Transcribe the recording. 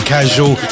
Casual